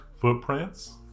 footprints